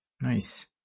Nice